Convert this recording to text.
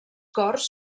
cors